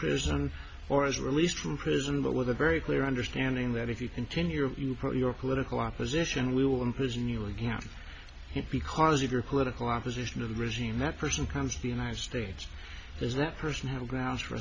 prison or is released from prison but with a very clear understanding that if you continue if you put your political opposition we will imprison you again because of your political opposition to the regime that person comes to the united states does that person have grounds for